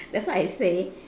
that's why I say